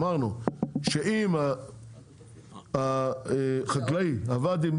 אמרנו שאם החקלאי עבד עם